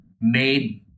made